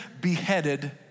beheaded